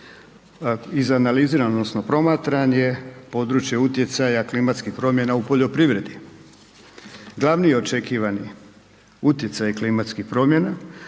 izanaliziran odnosno promatran je područje utjecaja klimatskih promjena u poljoprivredi. Glavni očekivani utjecaj klimatskih promjena